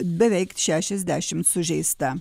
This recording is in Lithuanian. beveik šešiasdešimt sužeista